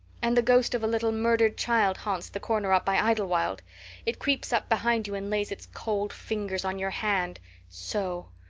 and the ghost of a little murdered child haunts the corner up by idlewild it creeps up behind you and lays its cold fingers on your hand so.